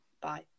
bye